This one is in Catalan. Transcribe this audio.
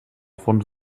fons